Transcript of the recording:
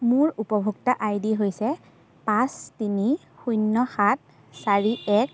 মোৰ উপভোক্তা I D হৈছে পাঁচ তিনি শূন্য সাত চাৰি এক